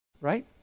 right